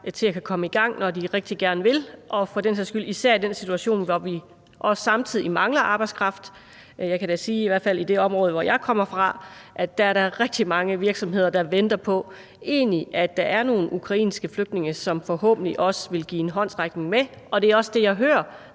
til at komme i gang, når de rigtig gerne vil, og især i den situation, hvor vi også samtidig mangler arbejdskraft. Jeg kan da sige, at der i hvert fald i det område, jeg kommer fra, er rigtig mange virksomheder, der egentlig venter på, at der er nogle ukrainske flygtninge, som forhåbentlig også vil give en hånd med, og det er også det, jeg hører,